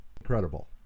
Incredible